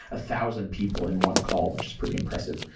a thousand people in one call, which is pretty impressive.